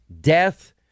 death